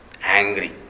angry